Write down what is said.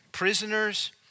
prisoners